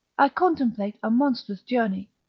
i contemplate a monstrous journey,